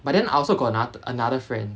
but then I also got anoth~ another friend